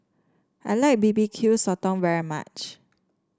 I like B B Q Sotong very much